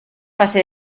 fase